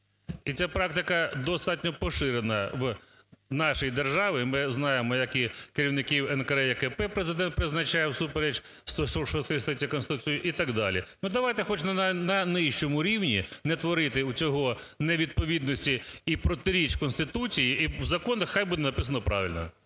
І ця практика достатньо поширена в нашій державі, ми знаємо, як і керівників НКРЕКП Президент призначав всупереч 106 статті Конституції і так далі. Ну, давайте хоч на нижчому рівні не творити цього, невідповідностей і протиріч Конституції, і в законах нехай буде написано правильно.